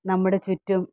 നമ്മുടെ ചുറ്റും